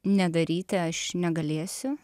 nedaryti aš negalėsiu